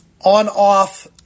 on-off